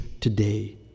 today